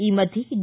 ಈ ಮಧ್ಯೆ ಡಿ